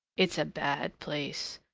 it's a bad place,